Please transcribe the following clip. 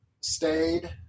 stayed